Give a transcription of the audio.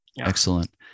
Excellent